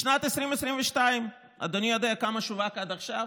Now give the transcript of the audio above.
בשנת 2022 אדוני יודע כמה שווק עד עכשיו?